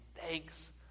thanks